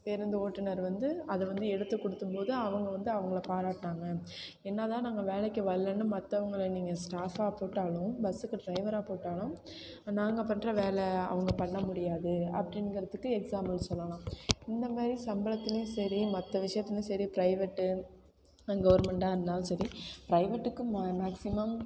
பேருந்து ஓட்டுநர் வந்து அதை வந்து எடுத்து கொடுத்தபோது அவங்க வந்து அவங்களை பாராட்டினாங்க என்ன தான் நாங்கள் வேலைக்கு வரலைன்னு மற்றவங்கள நீங்கள் ஸ்டாஃபாக போட்டாலும் பஸ்ஸுக்கு டிரைவரா போட்டாலும் நாங்கள் பண்ணுற வேலை அவங்க பண்ண முடியாது அப்படிங்கிறதுக்கு எக்ஸாம்பிள் சொல்லலாம் இந்த மாதிரி சம்பளத்துலேயும் சரி மற்ற விஷயத்துலையும் சரி பிரைவேட்டு கவர்மெண்ட்டாக இருந்தாலும் சரி பிரைவேட்டுக்கு மேக்ஸிமம்